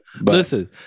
Listen